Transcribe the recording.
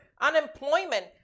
Unemployment